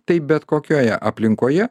tai bet kokioje aplinkoje